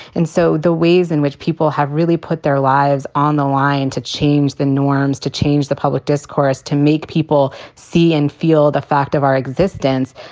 and so the ways in which people have really put their lives on the line to change the norms, to change the public discourse, to make people see and feel the fact of our existence.